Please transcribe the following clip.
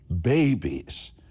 Babies